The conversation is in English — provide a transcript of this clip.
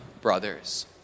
brothers